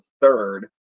third